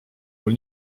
mul